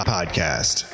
Podcast